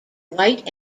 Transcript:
white